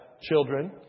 children